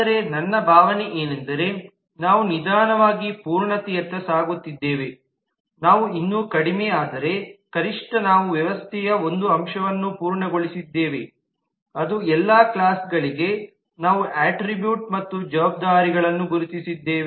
ಆದರೆ ನನ್ನ ಭಾವನೆ ಏನೆಂದರೆ ನಾವು ನಿಧಾನವಾಗಿ ಪೂರ್ಣತೆಯತ್ತ ಸಾಗುತ್ತಿದ್ದೇವೆ ನಾವು ಇನ್ನೂ ಕಡಿಮೆ ಆದರೆ ಕನಿಷ್ಠ ನಾವು ವ್ಯವಸ್ಥೆಯ ಒಂದು ಅಂಶವನ್ನು ಪೂರ್ಣಗೊಳಿಸಿದ್ದೇವೆ ಅದು ಎಲ್ಲಾ ಕ್ಲಾಸ್ಗಳಿಗೆ ನಾವು ಅಟ್ರಿಬ್ಯೂಟ್ ಮತ್ತು ಜವಾಬ್ದಾರಿಗಳನ್ನು ಗುರುತಿಸಿದ್ದೇವೆ